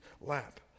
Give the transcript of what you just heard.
lap